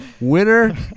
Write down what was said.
Winner